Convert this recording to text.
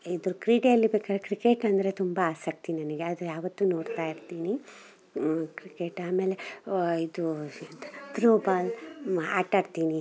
ಇದ್ರ ಕ್ರೀಡೆಯಲ್ಲಿ ಬೇಕಾದ್ರೆ ಕ್ರಿಕೆಟ್ ಅಂದರೆ ತುಂಬ ಆಸಕ್ತಿ ನನಗೆ ಅದು ಯಾವತ್ತು ನೋಡ್ತಾಯಿರ್ತೀನಿ ಕ್ರಿಕೆಟ್ ಆಮೇಲೆ ಇದೂ ಎಂತ ತ್ರೋಬಾಲ್ ಮ ಆಟಾಡ್ತೀನಿ